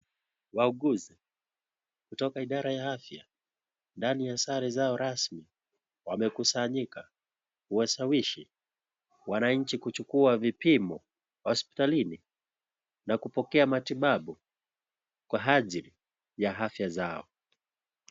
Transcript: Wauguzi, kutoka idara ya afya, ndani ya sare zao rasmi, wamekusanyika kuwashawishi wanainchi kuchukua vipimo hospitalini na kupokea matibabu kwa ajili ya afya zao.